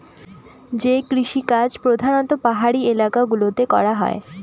যে কৃষিকাজ প্রধানত পাহাড়ি এলাকা গুলোতে করা হয়